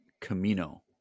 Camino